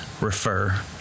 refer